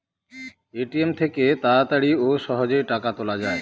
ATM থেকে তাড়াতাড়ি ও সহজেই টাকা তোলা যায়